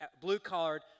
blue-collared